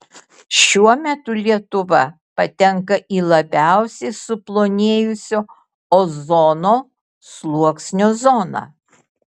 šiuo metu lietuva patenka į labiausiai suplonėjusio ozono sluoksnio zoną